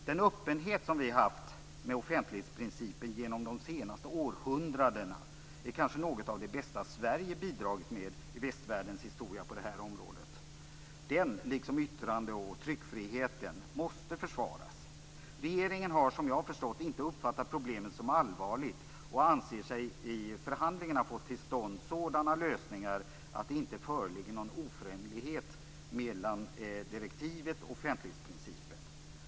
Den öppenhet som vi har haft med offentlighetsprincipen genom de senaste århundradena är kanske något av det bästa Sverige bidragit med i västvärldens historia på det här området. Den, liksom yttrande och tryckfriheten, måste försvaras. Regeringen har, som jag förstått, inte uppfattat problemet som allvarligt och anser sig i förhandlingarna ha fått till stånd sådana lösningar att det inte föreligger någon oförenlighet mellan direktivet och offentlighetsprincipen.